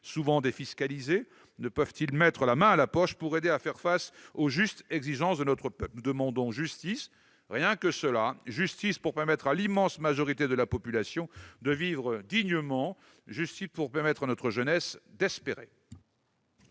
fréquemment défiscalisés, ne peuvent-ils mettre la main à la poche pour aider à faire face aux justes exigences du peuple ? Nous demandons justice, et rien que cela : justice, pour permettre à l'immense majorité de la population de vivre dignement ; justice, pour permettre à notre jeunesse d'espérer.